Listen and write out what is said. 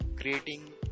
creating